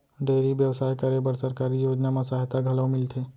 dairy बेवसाय करे बर सरकारी योजना म सहायता घलौ मिलथे